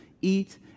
eat